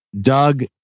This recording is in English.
Doug